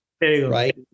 right